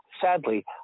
sadly